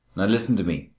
now listen to me.